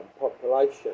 population